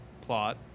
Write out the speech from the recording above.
plot